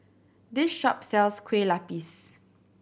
this shop sells Kueh Lapis